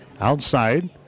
outside